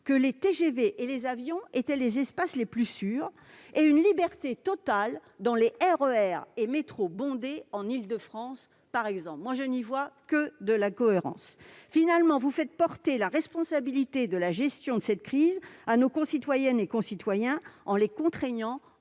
que les TGV et les avions étaient les espaces les plus sûrs, tout en laissant une liberté totale dans le RER et métros bondés en Île-de-France ? Je ne vois là que de l'incohérence ... Finalement, vous faites porter la responsabilité de la gestion de cette crise à nos concitoyennes et concitoyens en les contraignant, en